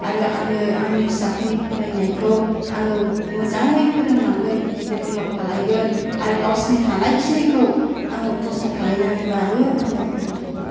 आरो आङो आंनि फिसाफोरनि फरायनायखौ आङो मोजाङै फोरोंलांगोन गिदिर गोलाव खालामगोन आरो गावसिनि हानायखिनिखौ आङो खस्थ' खालामनानैबाबो आङो फोरोंलांगोन